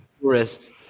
tourists